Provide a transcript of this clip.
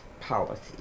Policy